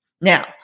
Now